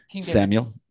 Samuel